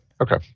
Okay